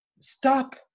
stop